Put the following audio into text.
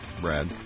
Brad